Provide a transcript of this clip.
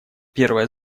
первая